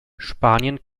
spanien